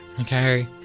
okay